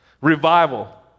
Revival